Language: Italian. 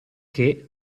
che